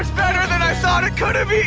better that i thought it could've